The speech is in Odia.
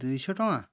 ଦୁଇଶହ ଟଙ୍କା